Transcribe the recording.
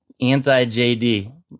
Anti-JD